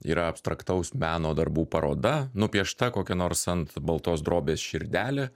yra abstraktaus meno darbų paroda nupiešta kokia nors ant baltos drobės širdelė